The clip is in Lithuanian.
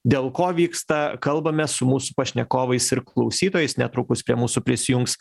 dėl ko vyksta kalbame su mūsų pašnekovais ir klausytojais netrukus prie mūsų prisijungs